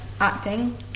acting